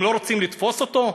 הם לא רוצים לתפוס אותו?